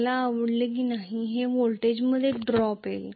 मला आवडेल की नाही तेथे व्होल्टेजमध्ये एक ड्रॉप येईल